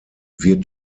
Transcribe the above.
wird